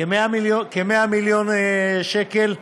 כ-100 מיליון שקל.